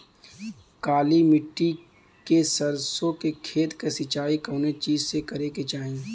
काली मिट्टी के सरसों के खेत क सिंचाई कवने चीज़से करेके चाही?